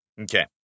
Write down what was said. Okay